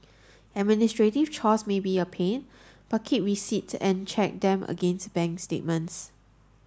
administrative chores may be a pain but keep receipts and check them against bank statements